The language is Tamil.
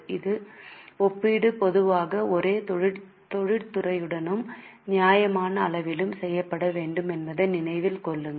இந்த ஒப்பீடு பொதுவாக ஒரே தொழிற்துறையுடனும் நியாயமான அளவிலும் செய்யப்பட வேண்டும் என்பதை நினைவில் கொள்ளுங்கள்